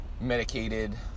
medicated